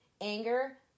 anger